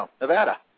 Nevada